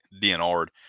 DNR'd